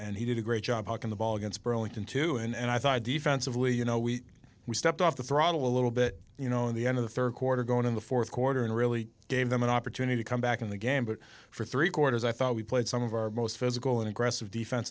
and he did a great job on the ball against burlington too and i thought defensively you know we we stepped off the throttle a little bit you know in the end of the third quarter going in the fourth quarter and really gave them an opportunity to come back in the game but for three quarters i thought we played some of our most physical and aggressive defen